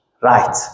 right